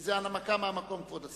כי זה הנמקה מהמקום, כבוד השר.